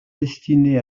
destiné